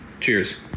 Cheers